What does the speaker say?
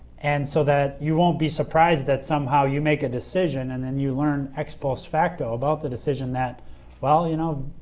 and so that you won't be surprised that somehow you make a decision and then you learn ex-post facto about the decision that well, you know,